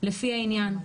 לפי העניין.